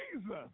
Jesus